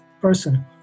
person